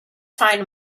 find